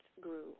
grew